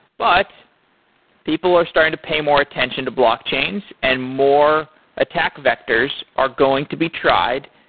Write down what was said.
but people are starting to pay more attention to blockchains and more attack vectors are going to be tried.